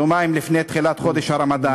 יומיים לפני תחילת חודש הרמדאן.